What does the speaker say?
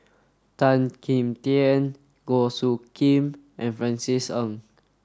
Tan Kim Tian Goh Soo Khim and Francis Ng